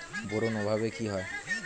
Boron অভাবে কি হয়?